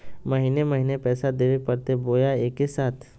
महीने महीने पैसा देवे परते बोया एके साथ?